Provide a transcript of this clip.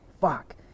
fuck